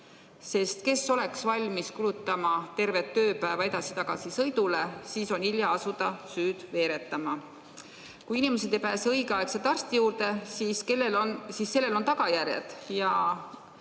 sest kes oleks valmis kulutama tervet tööpäeva edasi-tagasisõidule, siis on hilja asuda süüd veeretama. Kui inimesed ei pääse õigel ajal arsti juurde, siis sellel on tagajärjed.